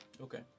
Okay